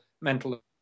mental